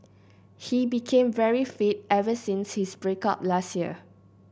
he became very fit ever since his break up last year